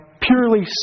purely